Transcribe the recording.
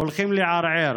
הולכים לערער